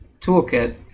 toolkit